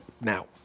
now